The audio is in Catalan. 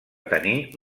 tenir